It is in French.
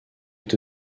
est